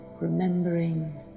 remembering